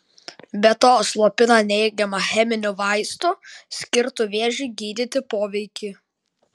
be to slopina neigiamą cheminių vaistų skirtų vėžiui gydyti poveikį